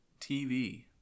TV